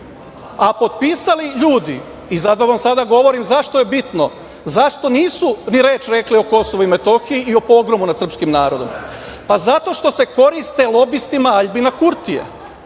a potpisali ljudi i zato vam sada govorim zašto je bitno, zašto ni reč nisu rekli o Kosovu i Metohiji i o pogromu nad srpskim narodom, pa zato što se koriste lobistima Aljbina Kutija.